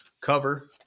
cover